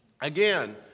Again